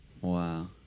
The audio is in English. Wow